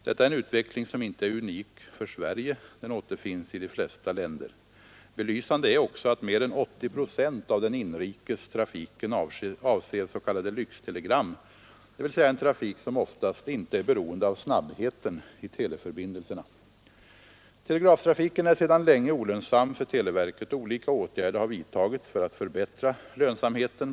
Detta är en utveckling som inte är unik för Sverige den återfinns i de flesta länder. Belysande är också att mer än 80 procent av den inrikes trafiken avser s.k. lyxtelegram, dvs. en trafik som oftast inte är beroende av snabbheten i teleförbindelserna. åtgärder har vidtagits för att förbättra lönsamheten.